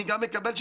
זיקוקים,